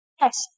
Yes